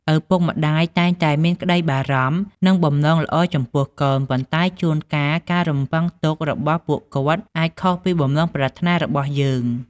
ឪពុកម្ដាយតែងតែមានក្តីបារម្ភ និងបំណងល្អចំពោះកូន ប៉ុន្តែជួនកាលការរំពឹងទុករបស់ពួកគាត់អាចខុសពីបំណងប្រាថ្នារបស់យើង។